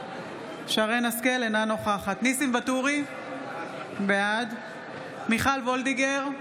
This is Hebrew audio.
אינה נוכחת ניסים ואטורי, בעד מיכל מרים וולדיגר,